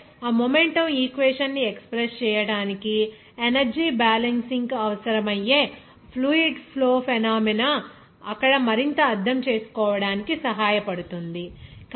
అలాగే ఆ momentum equation ని ఎక్స్ ప్రెస్ చేయడానికి ఎనర్జీ బ్యాలెన్సింగ్ అవసరమయ్యే ఆ ఫ్లూయిడ్ ఫ్లో ఫెనోమేనా అక్కడ మరింత అర్థం చేసుకోవడానికి సహాయపడుతుంది